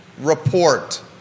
report